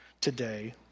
today